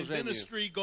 ministry